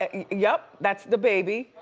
ah yep, that's dababy,